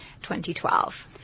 2012